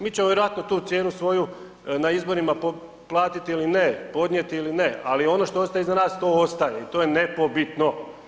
Mi ćemo vjerojatno tu cijenu svoju na izborima platiti ili ne, podnijeti ili ne, ali ono što ostaje iza nas to ostaje i to je nepobitno.